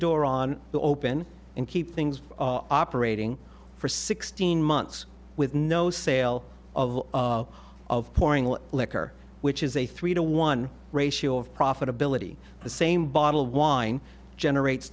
door on the open and keep things operating for sixteen months with no sale of pouring liquor which is a three to one ratio of profitability the same bottle of wine generates